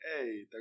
hey